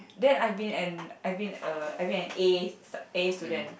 then I've been an I've been a I've been an A s~ A student